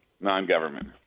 non-government